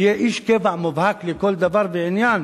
יהיה איש קבע מובהק לכל דבר ועניין,